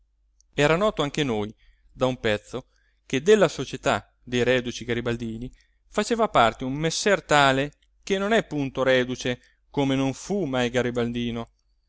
era noto anche a noi da un pezzo che della società dei reduci garibaldini faceva parte un messer tale che non è punto reduce come non fu mai garibaldino